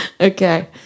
Okay